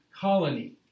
colony